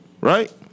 Right